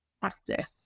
practice